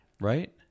right